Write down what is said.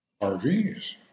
RVs